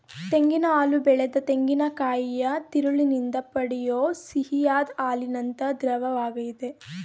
ತೆಂಗಿನ ಹಾಲು ಬೆಳೆದ ತೆಂಗಿನಕಾಯಿಯ ತಿರುಳಿನಿಂದ ಪಡೆಯೋ ಸಿಹಿಯಾದ್ ಹಾಲಿನಂಥ ದ್ರವವಾಗಯ್ತೆ